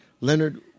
Leonard